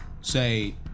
say